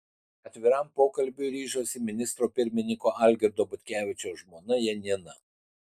atviram pokalbiui ryžosi ministro pirmininko algirdo butkevičiaus žmona janina